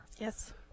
Yes